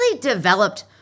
developed